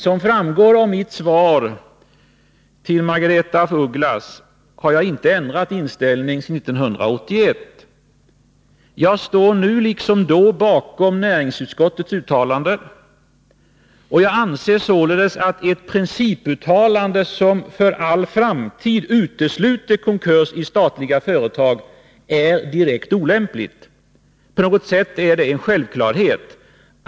Som framgår av mitt svar till Margaretha af Ugglas har jag således inte ändrat inställning sedan 1981. Jag står nu liksom då bakom näringsutskottets uttalande, och jag anser således att ett principuttalande som för all framtid utesluter konkurs i statliga företag är direkt olämpligt. På något sätt är det en självklarhet.